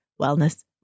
Wellness